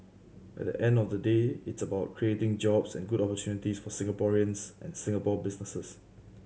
at the end of the day it's about creating jobs and good opportunity for Singaporeans and Singapore businesses